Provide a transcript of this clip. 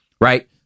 Right